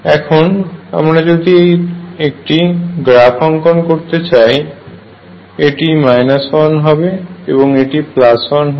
এখন আমরা যদি এটির গ্রাফ অঙ্কন করতে চাই এটি 1 হবে এবং এটি 1 হবে